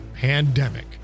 Pandemic